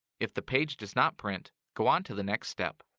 if the page does not print, go on to the next step.